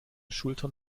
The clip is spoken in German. schultern